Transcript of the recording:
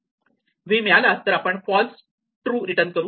V मिळाला तर आपण फाल्स रिटर्न करू